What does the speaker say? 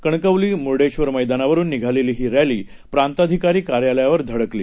कणकवलीमुर्डेश्वरमैदानावरूननिघालेलीहीरॅलीप्रांताधिकारीकार्यालयावरधडकली